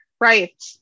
Right